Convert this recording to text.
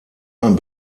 ein